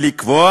ולקבוע